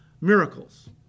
miracles